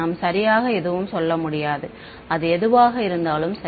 நாம் சரியாக எதுவும் சொல்ல முடியாது அது எதுவாக இருந்தாலும் சரி